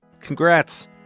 congrats